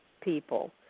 people